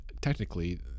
technically